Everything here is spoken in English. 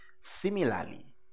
Similarly